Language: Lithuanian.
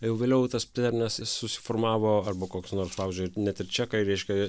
jau vėliau tas terminas susiformavo arba koks nors pavyzdžiui net ir čekai reiškia jie